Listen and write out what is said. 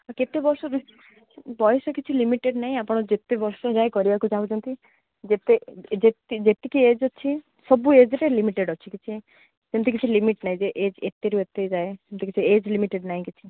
କେତେ ବର୍ଷ ପଇସା କିଛି ଲିମିଟେଡ଼୍ ନାହିଁ ଆପଣ ଯେତେ ବର୍ଷ ଯାଏ କରିବାକୁ ଚାହୁଁଛନ୍ତି ଯେତେ ଯେତିକି ଯେତିକି ଏଜ୍ ଅଛି ସବୁ ଏଜ୍ରେ ଲିମିଟେଡ଼୍ ଅଛି କିଛି ସେମିତି କିଛି ଲିମିଟ୍ ନାହିଁ ଯେ ଏଜ୍ ଏତେରୁ ଏତେ ଯାଏ ସେମିତି କିଛି ଏଜ୍ ଲିମିଟେଡ଼୍ ନାହିଁ କିଛି